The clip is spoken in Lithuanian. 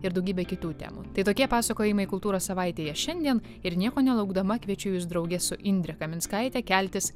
ir daugybę kitų temų tai tokie pasakojimai kultūros savaitėje šiandien ir nieko nelaukdama kviečiu jus drauge su indre kaminskaite keltis